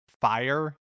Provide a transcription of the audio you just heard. fire